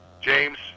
James